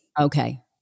Okay